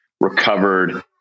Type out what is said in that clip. recovered